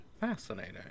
fascinating